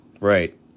Right